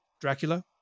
Dracula